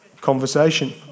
Conversation